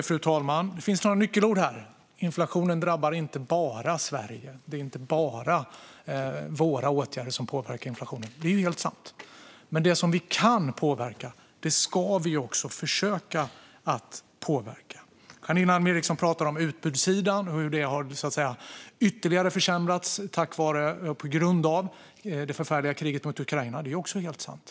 Fru talman! Det finns några nyckelord här. Inflationen drabbar inte bara Sverige. Det är inte bara våra åtgärder som påverkar inflationen. Det är ju helt sant. Men det som vi kan påverka, det ska vi också försöka påverka. Janine Alm Ericson pratar om utbudssidan och hur den har försämrats ytterligare på grund av det förfärliga kriget mot Ukraina. Det är också helt sant.